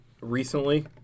recently